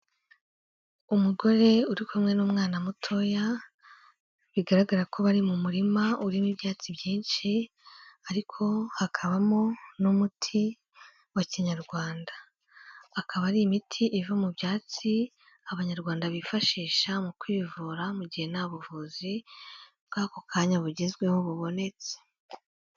Umugore uri kumwe n'umwana mutoya, bigaragara ko bari mu murima urimo ibyatsi byinshi, ariko hakabamo n'umuti wa kinyarwanda, akaba ari imiti iva mu byatsi abanyarwanda bifashisha mu kwivura mu gihe nta buvuzi bw'ako kanya bugezweho bubonetse.